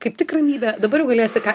kaip tik ramybę dabar galėsi ką